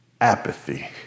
apathy